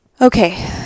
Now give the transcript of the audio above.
okay